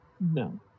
No